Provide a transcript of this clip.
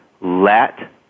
let